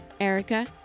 Erica